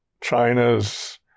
China's